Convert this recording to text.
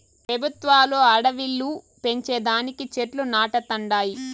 పెబుత్వాలు అడివిలు పెంచే దానికి చెట్లు నాటతండాయి